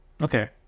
Okay